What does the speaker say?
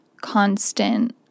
constant